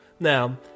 Now